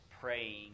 praying